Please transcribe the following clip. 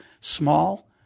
Small